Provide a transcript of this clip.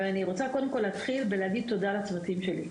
אני רוצה קודם כל להתחיל בלהגיד תודה לצוותים שלי,